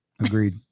Agreed